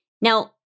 Now